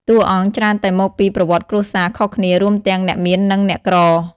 តួអង្គច្រើនតែមកពី ប្រវត្តិគ្រួសារ ខុសគ្នា រួមទាំងអ្នកមាននិងអ្នកក្រ។